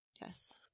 Yes